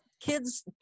kids